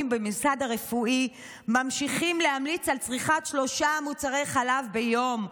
בממסד הרפואי ממשיכים להמליץ על צריכת שלושה מוצרי חלב ביום,